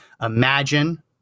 imagine